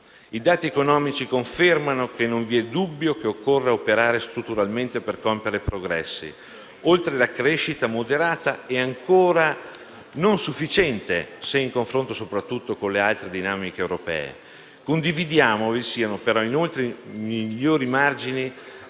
i dati economici confermano che non vi è dubbio che occorra operare strutturalmente per compiere progressi oltre la crescita moderata e ancora non sufficiente, soprattutto se confrontata con le altre dinamiche europee. Condividiamo però che vi siano ulteriori margini